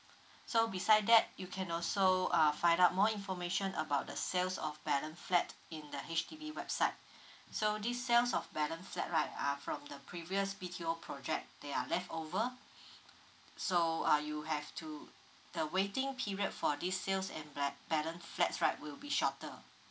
so beside that you can also uh find out more information about the sales of balance flat in the H_D_B website so this sales of balance flat right are from the previous B_T_O project they are leftover so uh you have to the waiting period for this sales and bla~ balance flats right will be shorter